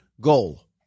goal